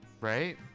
right